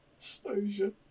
Exposure